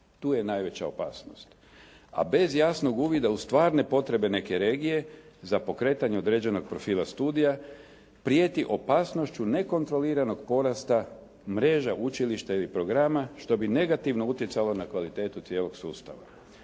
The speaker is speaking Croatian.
Tu je najveća opasnost, a bez jasnog uvida u stvarne potrebe neke regije za pokretanje određenog profila studija prijeti opasnošću nekontroliranog porasta mreža učilišta ili programa što bi negativno utjecalo na kvalitetu cijelog sustava.